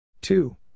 two